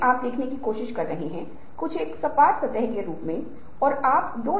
और आप कैसे जानते हैं कि व्यक्ति रचनात्मक है